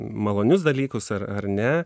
malonius dalykus ar ar ne